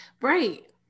Right